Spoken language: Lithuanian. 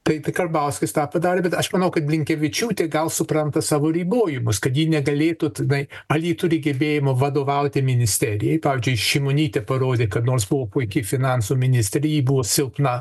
tai tai karbauskis tą padarė bet aš manau kad blinkevičiūtė gal supranta savo ribojimus kad ji negalėtų tenai ale ji turi gebėjimų vadovauti ministerijai pavyzdžiui šimonytė parodė kad nors buvo puiki finansų ministrė ji buvo silpna